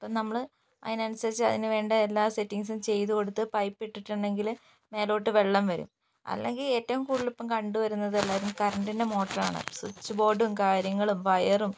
ഇപ്പം നമ്മൾ അതിനനുസരിച്ച് അതിന് വേണ്ട എല്ലാ സെറ്റിങ്ങ്സും ചെയ്തു കൊടുത്ത് പൈപ്പിട്ടിട്ടുണ്ടെങ്കിൽ മേലോട്ട് വെള്ളം വരും അല്ലെങ്കിൽ ഏറ്റവും കൂടുതൽ ഇപ്പം കണ്ടു വരുന്നത് കരണ്ടിൻ്റെ മോട്ടറാണ് സ്വിച്ച് ബോർഡും കാര്യങ്ങളും വയറും